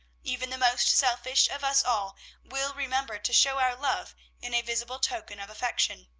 even the most selfish of us all will remember to show our love in a visible token of affection.